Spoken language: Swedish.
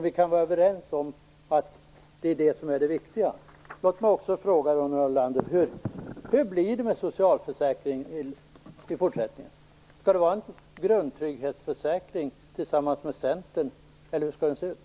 Vi kan vara överens om att det är det som är det viktiga. Låt mig också fråga Ronny Olander hur det blir med socialförsäkringen i fortsättningen. Skall ni skapa en grundtrygghetsförsäkring tillsammans med Centern? Hur skall den se ut?